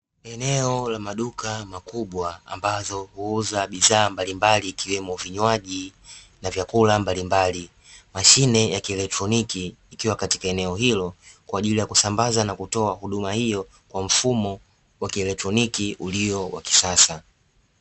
Eneo la maduka makubwa, ambayo huuza bidhaa mbalimbali ikiwemo vinywaji na vyakula mbalimbali. Mashine ya kielektroniki ikiwa katika eneo hilo, kwa ajili ya kusambaza na kutoa huduma hiyo, kwa mfumo wa kielektroniki ulio wa kisasa.